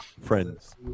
friends